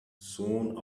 soon